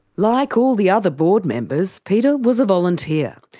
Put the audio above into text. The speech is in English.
like all the other board members, peter was a volunteer,